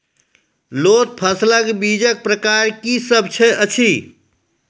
लोत फसलक बीजक प्रकार की सब अछि?